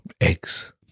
Eggs